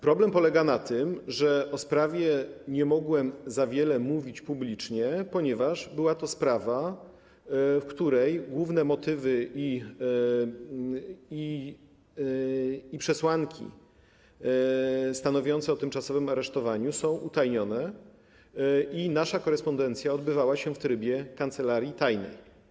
Problem polega na tym, że o sprawie nie mogłem za wiele mówić publicznie, ponieważ była to sprawa, w której główne motywy i przesłanki stanowiące o tymczasowym aresztowaniu są utajnione, i nasza korespondencja odbywała się w trybie kancelarii tajnej.